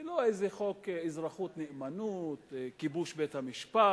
זה לא איזה חוק אזרחות-נאמנות, כיבוש בית-המשפט,